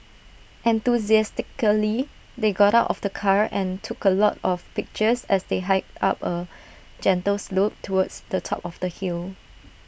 enthusiastically they got out of the car and took A lot of pictures as they hiked up A gentle slope towards the top of the hill